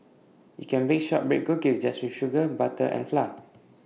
you can bake Shortbread Cookies just with sugar butter and flour